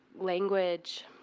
language